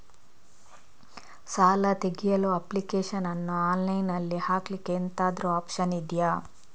ಸಾಲ ತೆಗಿಯಲು ಅಪ್ಲಿಕೇಶನ್ ಅನ್ನು ಆನ್ಲೈನ್ ಅಲ್ಲಿ ಹಾಕ್ಲಿಕ್ಕೆ ಎಂತಾದ್ರೂ ಒಪ್ಶನ್ ಇದ್ಯಾ?